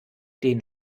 den